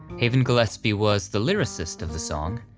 haven gillespie was the lyricist of the song,